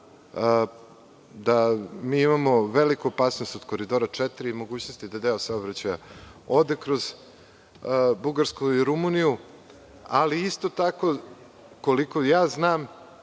da mi imamo veliku opasnost od Koridora 4. i mogućnosti da deo saobraćaja ode kroz Bugarsku i Rumuniju Isto tako, koliko ja znam,